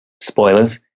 spoilers